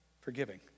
forgiving